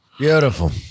Beautiful